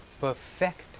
perfect